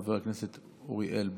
חבר הכנסת אוריאל בוסו,